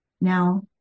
now